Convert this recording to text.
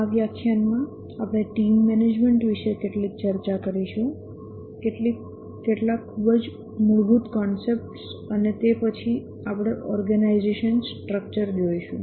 આ વ્યાખ્યાનમાં આપણે ટીમ મેનેજમેન્ટ વિશે કેટલીક ચર્ચા કરીશું કેટલીક ખૂબ જ મૂળભૂત વિભાવના ઓ અને તે પછી આપણે ઓર્ગેનાઈઝેશન સ્ટ્રકચર જોઈશું